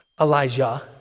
Elijah